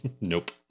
Nope